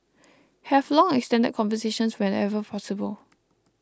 have long extended conversations wherever possible